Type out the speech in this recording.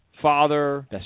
father